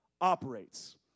operates